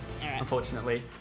unfortunately